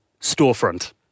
storefront